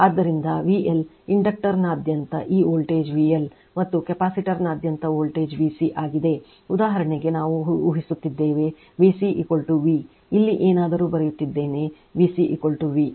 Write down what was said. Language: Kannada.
ಆದ್ದರಿಂದ VL ಇಂಡಕ್ಟರ್ನಾದ್ಯಂತ ಈ ವೋಲ್ಟೇಜ್ VL ಮತ್ತು ಕೆಪಾಸಿಟರ್ನಾದ್ಯಂತ ವೋಲ್ಟೇಜ್ VC ಆಗಿದೆ ಮತ್ತು ಉದಾಹರಣೆಗೆ ನಾವು ಊಹಿಸುತ್ತಿದ್ದೇವೆ VC v ಇಲ್ಲಿ ಏನಾದರೂ ಬರೆಯುತ್ತಿದ್ದೇನೆ VC V ಎಂದು